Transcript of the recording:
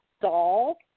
doll